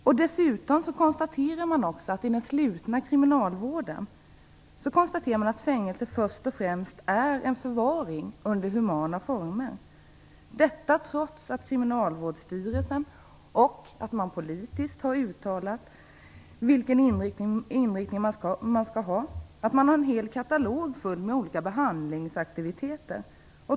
Vidare konstateras det att inom den slutna kriminalvården är fängelse först och främst en fråga om förvaring i humana former; detta trots att det från Kriminalvårdsstyrelsen och även politiskt har uttalats vilken inriktning det skall vara. Det finns en hel katalog med olika behandlingsaktiviteter.